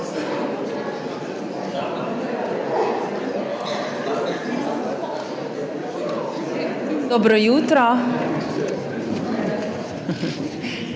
Dobro jutro.